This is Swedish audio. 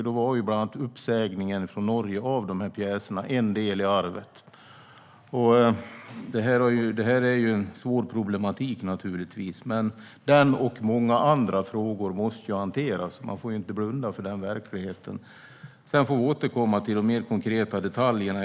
Norges uppsägning av de här pjäserna var en del av det arv jag fick att hantera. Det här är naturligtvis en svår problematik. Men den och många andra frågor måste hanteras. Man får inte blunda för den verkligheten. Sedan får vi återkomma till de mer konkreta detaljerna.